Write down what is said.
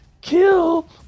kill